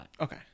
Okay